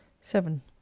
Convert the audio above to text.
seven